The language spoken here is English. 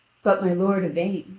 but my lord yvain,